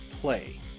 play